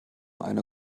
einer